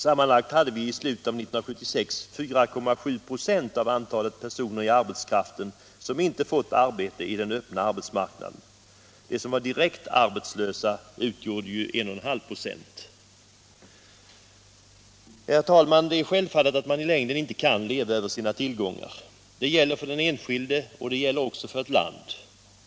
I slutet av 1976 hade sammanlagt 4,7 96 av antalet personer i arbetskraften inte fått arbete i den öppna marknaden. De som var direkt arbetslösa utgjorde ca 1,5 96. Herr talman! Det är självfallet att man i längden inte kan leva över sina tillgångar. Det gäller för den enskilde och det gäller också för ett land.